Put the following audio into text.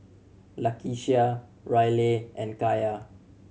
Lakeshia Raleigh and Kaia